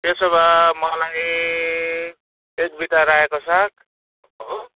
त्यसोभए मलाई एक बिटा रायोको साग हो